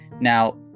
now